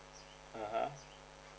(uh huh)